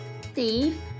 Steve